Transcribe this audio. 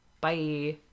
bye